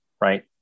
right